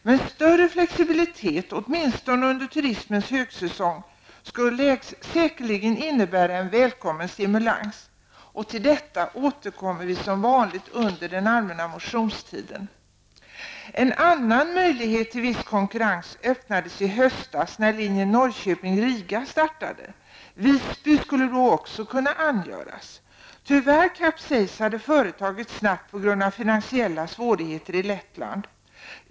Men en större flexibilitet åtminstone under turismens högsäsong skulle säkerligen innebära en välkommen stimulans. Till detta återkommer vi som vanligt under den allmänna motionstiden. En annan möjlighet till viss konkurrens öppnades i höstas när linjen Norrköping -- Riga startade. Visby skulle då också kunna angöras. Tyvärr kapsejsade företaget snabbt på grund av finansiella svårigheter i Lettland.